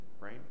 right